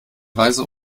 reise